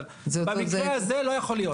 אבל במקרה הזה לא יכול להיות.